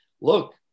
Look